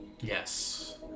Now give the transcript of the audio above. Yes